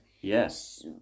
Yes